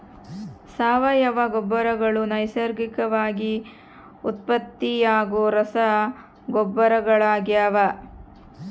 ಸಾವಯವ ಗೊಬ್ಬರಗಳು ನೈಸರ್ಗಿಕವಾಗಿ ಉತ್ಪತ್ತಿಯಾಗೋ ರಸಗೊಬ್ಬರಗಳಾಗ್ಯವ